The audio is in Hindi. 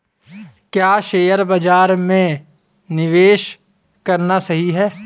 क्या शेयर बाज़ार में निवेश करना सही है?